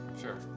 Sure